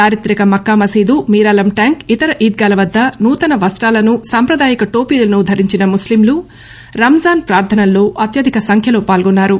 చారిత్రక మక్కామసీదు మీరాలం ట్యాంక్ ఇతర ఈద్గాల వద్ద నూతన వస్తాలను సాంప్రదాయక టోఫీలను ధరించిన ముస్లింలు రంజాన్ ప్రార్లనల్లో అత్యధిక సంఖ్యలో పాల్గొన్నారు